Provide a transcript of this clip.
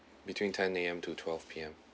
between ten A_M to twelve P_M